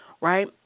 right